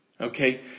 Okay